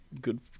Good